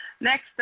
Next